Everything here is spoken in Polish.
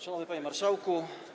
Szanowny Panie Marszałku!